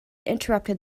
interrupted